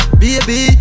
baby